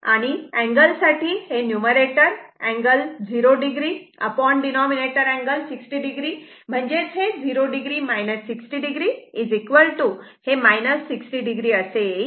आणि अँगल साठी हे numerator angle 0 o denominator angle 60o म्हणजेच 0 o 60 o अँगल 60 o येईल